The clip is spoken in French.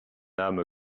âme